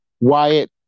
Wyatt